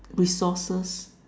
resources